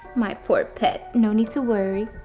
my poor pet, no need to worry.